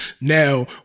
Now